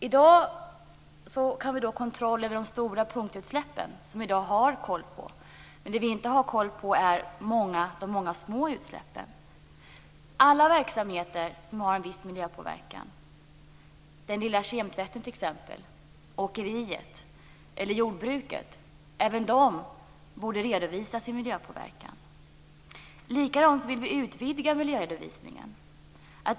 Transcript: I dag gäller det kontroll över de stora punktutsläppen. Dem har vi koll på. Men det vi inte har koll på är de många små utsläppen. Alla verksamheter som har en viss miljöpåverkan - den lilla kemtvätten, åkeriet eller jordbruket t.ex. - borde redovisa sin miljöpåverkan. På samma sätt vill vi utvidga miljöredovisningen.